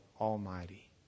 Almighty